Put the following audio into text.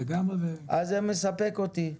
אז זה מספק אותי.